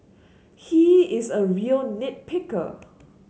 he is a real nit picker